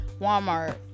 Walmart